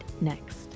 next